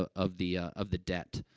ah of the, ah of the debt.